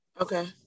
Okay